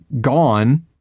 gone